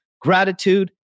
gratitude